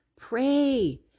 pray